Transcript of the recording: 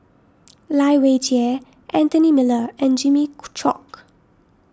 Lai Weijie Anthony Miller and Jimmy Chok